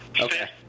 okay